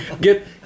Get